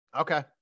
Okay